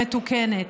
מתוקנת.